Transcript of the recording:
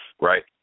right